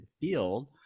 field